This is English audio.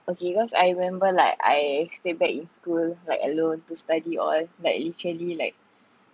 okay cause I remember like I stayed back in school like alone to study all like literally like